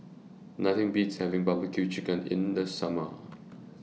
Nothing Beats having Barbecue Chicken in The Summer